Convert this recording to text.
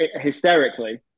hysterically